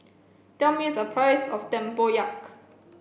tell me the price of Tempoyak